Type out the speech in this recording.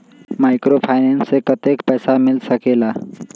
Microfinance से कतेक पैसा मिल सकले ला?